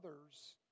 others